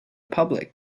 public